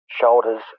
shoulders